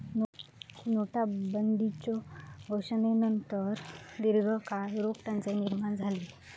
नोटाबंदीच्यो घोषणेनंतर दीर्घकाळ रोख टंचाई निर्माण झाली